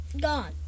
Gone